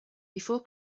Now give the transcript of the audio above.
before